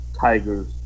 Tigers